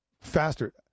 faster